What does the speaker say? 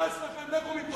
נמאס לכם, לכו מפה.